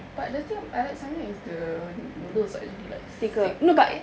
but the thing are like Samyang the noodles are like thick